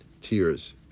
tears